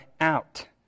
out